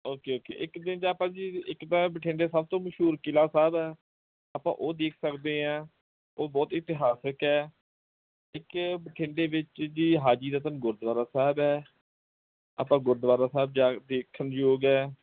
okay okay ਇੱਕ ਦਿਨ ਆਪਾਂ ਜੀ ਇੱਕ ਤਾਂ ਬਠਿੰਡੇ ਸਭ ਤੋਂ ਮਸ਼ਹੂਰ ਕਿਲ੍ਹਾ ਸਾਹਿਬ ਆ ਆਪਾਂ ਉਹ ਦੇਖ ਸਕਦੇ ਹਾਂ ਉਹ ਬਹੁਤ ਇਤਿਹਾਸਿਕ ਹੈ ਇੱਕ ਬਠਿੰਡੇ ਵਿਚ ਜੀ ਹਾਜੀ ਰਤਨ ਗੁਰਦੁਆਰਾ ਸਾਹਿਬ ਹੈ ਆਪਾਂ ਗੁਰਦੁਆਰਾ ਸਾਹਿਬ ਜਾ ਦੇਖਣ ਯੋਗ ਹੈ